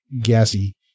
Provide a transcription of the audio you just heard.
gassy